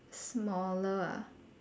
smaller ah